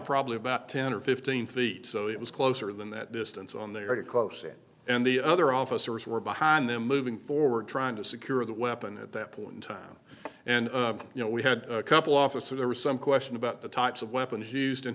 probably about ten or fifteen feet so it was closer than that distance on there to close it and the other officers were behind them moving forward trying to secure the weapon at that point in time and you know we had a couple officer there was some question about the types of weapons used